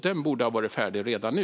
Den borde ha varit färdig redan nu.